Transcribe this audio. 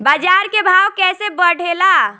बाजार के भाव कैसे बढ़े ला?